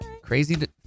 crazy